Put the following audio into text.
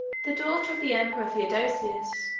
the daughter of the emperor theodosius,